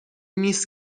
نیست